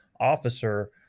officer